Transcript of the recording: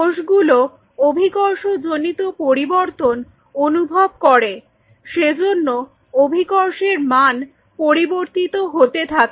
কোষগুলো অভিকর্ষ জনিত পরিবর্তন অনুভব করে সেজন্য অভিকর্ষের মান পরিবর্তিত হতে থাকে